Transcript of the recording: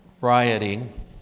rioting